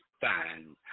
fine